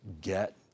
get